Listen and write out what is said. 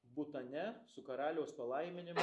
butane su karaliaus palaiminimu